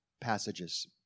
passages